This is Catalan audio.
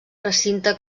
recinte